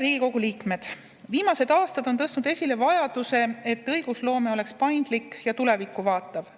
Riigikogu liikmed! Viimased aastad on tõstnud esile vajaduse, et õigusloome oleks paindlik ja tulevikku vaatav.